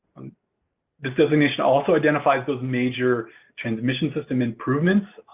this designation also identifies those major transmission system improvements